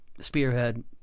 spearhead